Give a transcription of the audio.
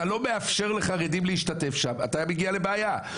אתה מגיע לבעיה,